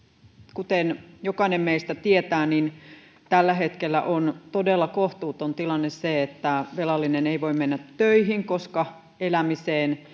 kuten jokainen meistä tietää tällä hetkellä on todella kohtuuton tilanne se että velallinen ei voi mennä töihin koska elämiseen